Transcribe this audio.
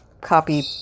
copy